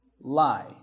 lie